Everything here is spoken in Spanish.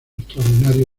extraordinario